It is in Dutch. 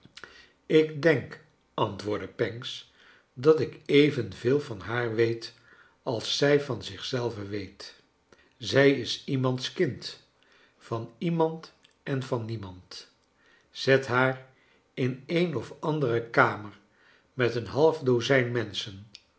ik denk antwoordde pancks dat ik evenveel van haar weet als zij van zich zelve weet zij is iemand's kind van iemand en van niemand zet haar in een of andere kamer met een half dozijn menschen